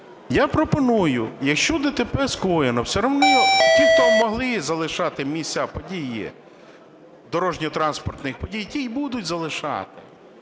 Я пропоную, якщо ДТП скоєно, все рівно ті, хто могли залишати місця події дорожньо-транспортних подій, ті і будуть залишати.